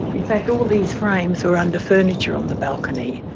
in fact all these frames were under furniture on the balcony.